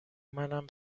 منم